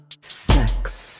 sex